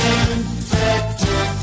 infected